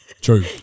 True